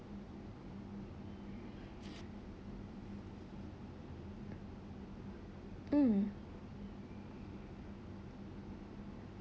mm